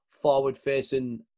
forward-facing